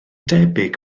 debyg